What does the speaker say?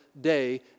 day